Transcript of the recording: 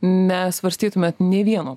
nesvarstytumėt nė vieno